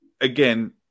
again